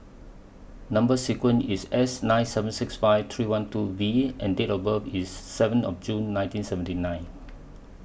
Number sequence IS S nine seven six five three one two V and Date of birth IS seven of June nineteen seventy nine